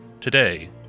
Today